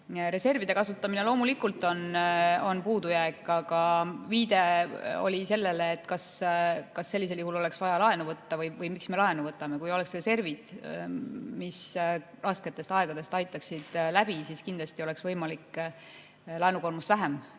Reservide kasutamine loomulikult on puudujääk, aga viide oli sellele, kas sellisel juhul oleks vaja laenu võtta või miks me laenu võtame. Kui oleksid reservid, mis rasketest aegadest aitaksid läbi, siis kindlasti oleks võimalik laenukoormust vähem